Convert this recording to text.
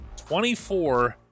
24